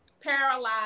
paralyzed